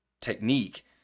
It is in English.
technique